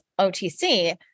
OTC